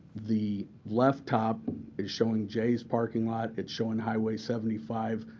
the left top is showing jay's parking lot. it's showing highway seventy five.